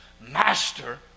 master